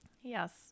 Yes